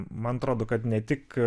man atrodo kad ne tik